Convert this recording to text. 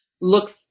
looks